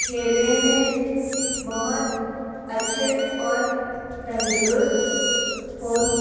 کھیلنے میں بہت اچھے اور تندرست ہو